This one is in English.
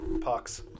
Pucks